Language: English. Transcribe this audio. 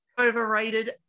overrated